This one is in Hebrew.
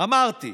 אפשר